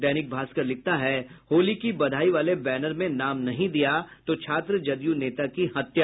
दैनिक भास्कर लिखता है होली की बधाई वाले बैनर में नाम नहीं दिया तो छात्र जदयू नेता की हत्या